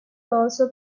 also